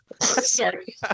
Sorry